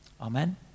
Amen